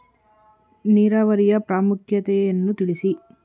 ನೀರಾವರಿಯ ಪ್ರಾಮುಖ್ಯತೆ ಯನ್ನು ತಿಳಿಸಿ?